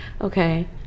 okay